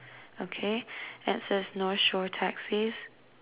okay it says north shore taxis